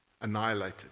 annihilated